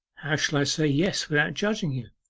how shall i say yes without judging you?